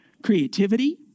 Creativity